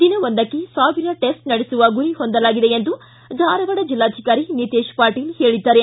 ದಿನವೊಂದಕ್ಕೆ ಸಾವಿರ ಟೆಸ್ಟ್ ನಡೆಸುವ ಗುರಿ ಹೊಂದಲಾಗಿದೆ ಎಂದು ಧಾರವಾಡ ಜೆಲ್ಲಾಧಿಕಾರಿ ನಿತೇಶ್ ಪಾಟೀಲ್ ಹೇಳಿದ್ದಾರೆ